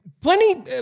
plenty –